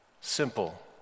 Simple